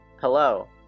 Hello